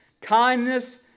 kindness